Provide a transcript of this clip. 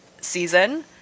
season